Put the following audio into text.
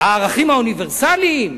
הערכים האוניברסליים?